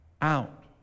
out